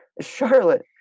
Charlotte